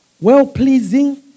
well-pleasing